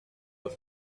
faut